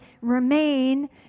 remain